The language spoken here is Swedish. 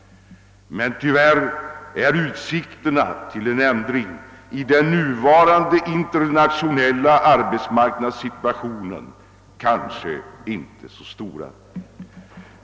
Men tyvärr är utsikterna till en ändring i den nuvarande internationella arbetsmarknadssituationen kanske inte så stora.